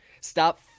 stop